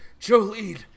Jolene